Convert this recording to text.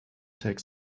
take